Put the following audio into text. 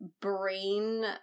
brain